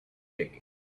digging